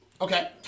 Okay